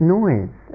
noise